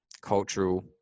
cultural